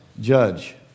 judge